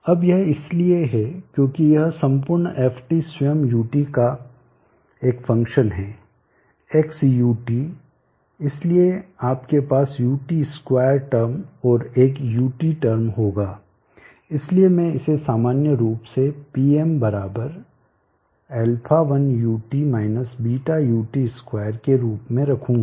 अब यह इसलिए है क्योंकि यह संपूर्ण Ft स्वयं ut का एक फ़ंक्शन है x ut इसलिए आपके पास ut2 टर्म और एक ut टर्म होगा इसलिए मैं इसे सामान्य रूप से Pmα1ut βut2 के रूप में रखूंगा